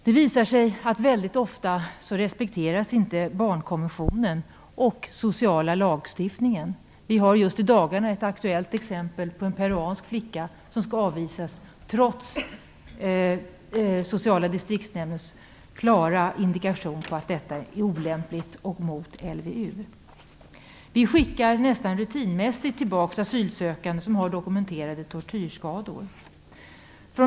Det visar sig att barnkonventionen och den sociala lagstiftningen ofta inte respekteras. Just i dagarna är ett exempel aktuellt där en peruansk flicka skall avvisas trots att sociala distriktsnämnden har klara indikationer på att detta är olämpligt och strider mot LVU. Vi skickar nästan rutinmässigt tillbaka asylsökande som har dokumenterade tortyrskador.